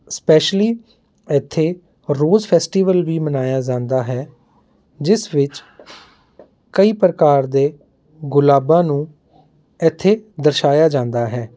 specially ਇੱਥੇ rose festival ਵੀ ਮਨਾਇਆ ਜਾਂਦਾ ਹੈ ਜਿਸ ਵਿੱਚ ਕਈ ਪ੍ਰਕਾਰ ਦੇ ਗੁਲਾਬਾਂ ਨੂੰ ਇੱਥੇ ਦਰਸਾਇਆ ਜਾਂਦਾ ਹੈ